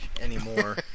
anymore